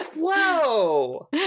Whoa